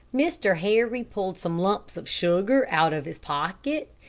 mr. harry pulled some lumps of sugar out of his pocket,